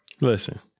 Listen